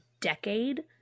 decade